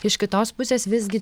iš kitos pusės visgi